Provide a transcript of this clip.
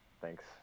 thanks